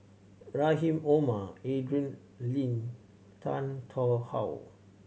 Rrahim Omar Adrin Loi Tan Tarn How